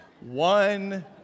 One